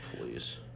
Please